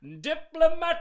Diplomatic